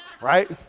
Right